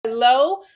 Hello